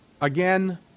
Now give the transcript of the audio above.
Again